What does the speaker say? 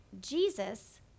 jesus